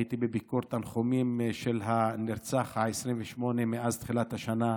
הייתי בביקור תנחומים על הנרצח ה-28 מאז תחילת השנה,